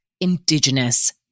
indigenous